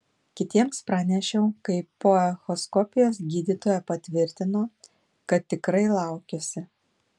kitiems pranešiau kai po echoskopijos gydytoja patvirtino kad tikrai laukiuosi